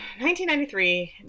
1993